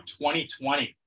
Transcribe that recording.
2020